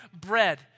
bread